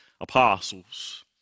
apostles